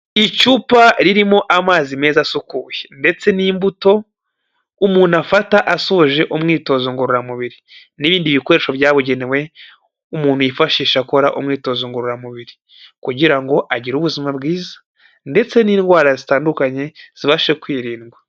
Icupa ririmo amazi meza asukuye ndetse n'imbuto umuntu afata asoje umwitozo ngororamubiri, n'ibindi bikoresho byabugenewe umuntu yifashisha akora umwitozo ngororamubiri, kugira ngo agire ubuzima bwiza ndetse n'indwara zitandukanye zibashe kwirindwa.